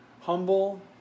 humble